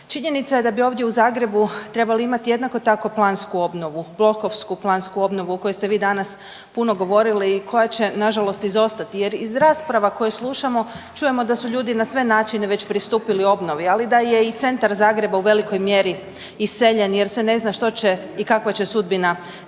Činjenica je da bi ovdje u Zagrebu trebali imati jednako tako plansku obnovu, blokovsku plansku obnovu o kojoj ste vi danas puno govorili i koja će, nažalost, izostati, jer iz rasprava koje slušamo čujemo da su ljudi na sve načine već pristupili obnovi, ali da je i centar Zagreba u velikoj mjeri iseljen, jer se ne zna što će i kakva će sudbina takvih